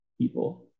people